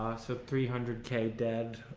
so three hundred k dead